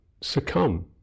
succumb